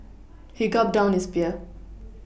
he gulped down his beer